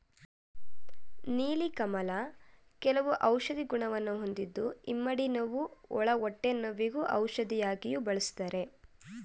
ನೀಲಿ ಕಮಲ ಕೆಲವು ಔಷಧಿ ಗುಣವನ್ನು ಹೊಂದಿದ್ದು ಇಮ್ಮಡಿ ನೋವು, ಒಳ ಹೊಟ್ಟೆ ನೋವಿಗೆ ಔಷಧಿಯಾಗಿಯೂ ಬಳ್ಸತ್ತರೆ